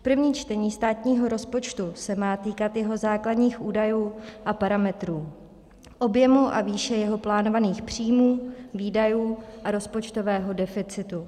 První čtení státního rozpočtu se má týkat jeho základních údajů a parametrů, objemu a výše jeho plánovaných příjmů, výdajů a rozpočtového deficitu.